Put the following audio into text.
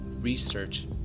research